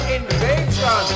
Invasion